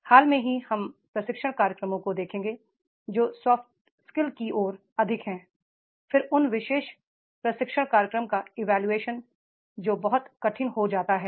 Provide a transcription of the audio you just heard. हाल ही में हम प्रशिक्षण कार्यक्रमों को देखेंगे जो सॉफ्ट स्किल्स की ओर अधिक हैं फिर उन विशेष प्रशिक्षण कार्यक्रम का इवैल्यूएशन जो बहुत कठिन हो जाता है